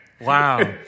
Wow